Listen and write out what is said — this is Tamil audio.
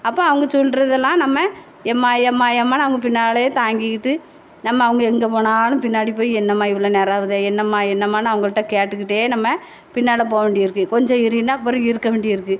அப்போ அவங்க சொல்கிறதெல்லாம் நம்ம அம்மா அம்மா அம்மான்னு அவங்க பின்னாலேயே தாங்கி கிட்டு நம்ம அவங்க எங்கே போனாலும் பின்னாடி போய் என்னம்மா இவ்வளோ நேரம் ஆகுதே என்னம்மா என்னம்மான்னு அவங்கள்ட கேட்டுக்கிட்டே நம்ம பின்னால் போக வேண்டியிருக்கு கொஞ்சம் இருன்னா அப்புறம் இருக்க வேண்டியிருக்குது